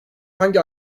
hangi